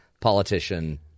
politician